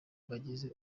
bagize